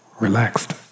relaxed